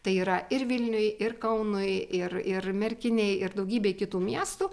tai yra ir vilniui ir kaunui ir ir merkinei ir daugybei kitų miestų